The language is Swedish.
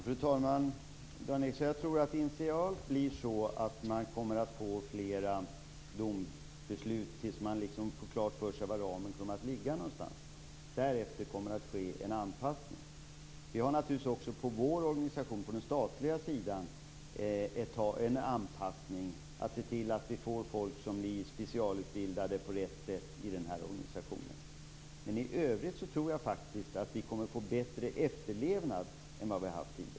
Fru talman! Jag tror att det initialt blir så, Dan Ericsson, att man kommer att få fler domslut tills man får klart för sig var ramen kommer att ligga. Därefter kommer det att ske en anpassning. Vi har naturligtvis också i vår organisation på den statliga sidan en anpassning att göra. Vi skall se till att vi får folk som blir specialutbildade på rätt sätt i den här organisationen. I övrigt tror jag faktiskt att vi kommer att få bättre efterlevnad än vi har haft tidigare.